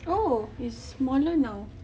oh it's smaller now